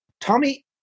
Tommy